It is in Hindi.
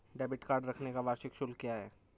डेबिट कार्ड रखने का वार्षिक शुल्क क्या है?